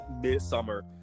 Midsummer